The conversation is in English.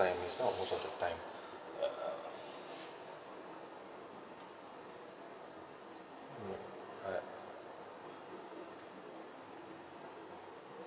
time it's not most of the time uh I